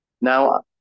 Now